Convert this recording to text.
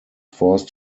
forced